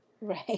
Right